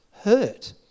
hurt